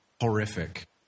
horrific